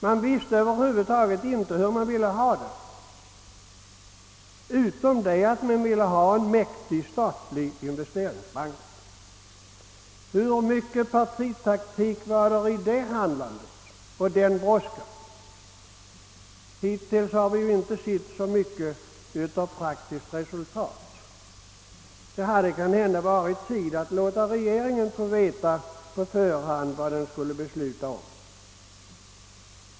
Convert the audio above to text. Man visste över huvud taget inte vad man ville utom att man ville ha en mäktig statlig investeringsbank. Hur mycket partitaktik låg i det handlandet och den brådskan? Hittills har vi inte sett så mycket av praktiskt resultat. Det hade kanske varit lämpligt att låta riksdagen få veta på förhand vad den skulle besluta om.